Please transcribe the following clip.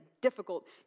difficult